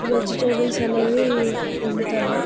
vegetables అనేవి వండుతాను